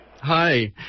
Hi